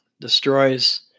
destroys